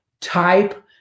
type